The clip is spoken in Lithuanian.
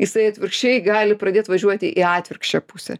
jisai atvirkščiai gali pradėt važiuoti į atvirkščią pusę